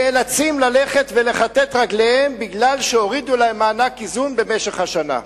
נאלצים ללכת ולכתת את רגליהם בגלל שהורידו להם מענק איזון במשך השנה.